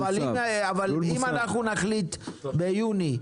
אבל אם אנחנו נחליט ביוני,